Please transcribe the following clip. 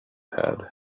had